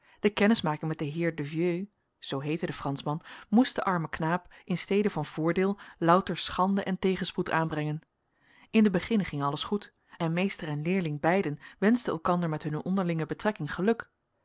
de kennismaking met den heer de vieux zoo heette de franschman moest den armen knaap in stede van voordeel louter schande en tegenspoed aanbrengen in den beginne ging alles goed en meester en leerling beiden wenschten elkander met hunne onderlinge betrekking geluk